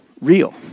real